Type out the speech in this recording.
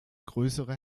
größere